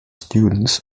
students